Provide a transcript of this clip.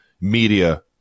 media